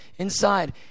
inside